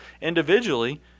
individually